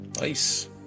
nice